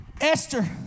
Esther